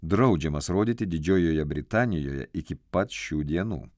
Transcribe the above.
draudžiamas rodyti didžiojoje britanijoje iki pat šių dienų